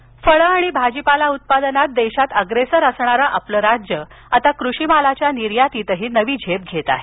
निर्यात फळे आणि भाजीपाला उत्पादनात देशात अग्रेसर असणारे आपले राज्य आता कृषी मालाच्या निर्यातीतही नवी झेप घेत आहे